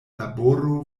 laboro